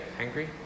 angry